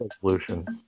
solution